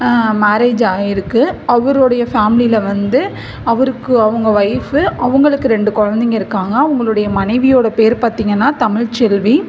marriage ஆயிருக்குது அவரோடைய ஃபேமிலியில வந்து அவருக்கு அவங்க ஒய்ஃப்பு அவங்களுக்கு ரெண்டு குழந்தைங்க இருக்காங்கள் அவங்களுடைய மனைவியோட பேர் பார்த்திங்கன்னா தமிழ்செல்வி